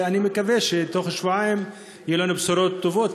אני מקווה שבתוך שבועיים יהיו לנו בשורות טובות,